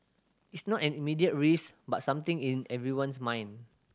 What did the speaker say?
it's not an immediate risk but something in everyone's mind